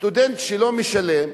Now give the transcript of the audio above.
סטודנט שלא משלם,